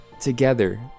Together